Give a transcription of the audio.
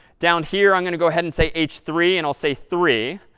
down here, i'm going to go ahead and say h three, and i'll say three.